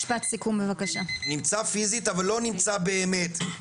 אבל לא נמצא באמת.